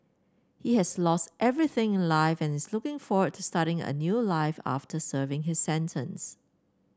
he has lost everything in life and is looking forward to starting a new life after serving his sentence